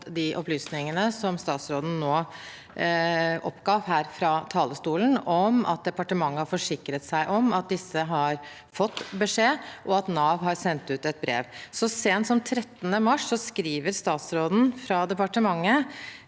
de opplysningene som statsråden nå oppga fra talerstolen om at departementet har forsikret seg om at disse har fått beskjed, og at Nav har sendt ut et brev. Så sent som 13. mars skriver statsråden fra departementet